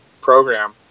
program